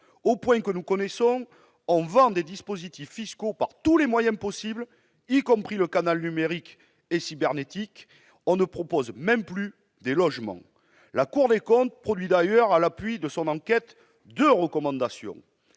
Aujourd'hui, on vend des dispositifs fiscaux par tous les moyens possibles, y compris le canal numérique et cybernétique. On ne propose même plus de logements ... La Cour des comptes produit d'ailleurs, à l'appui de son enquête, deux recommandations